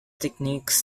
techniques